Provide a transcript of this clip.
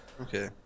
Okay